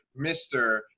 Mr